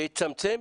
כדי שיצמצם,